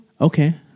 Okay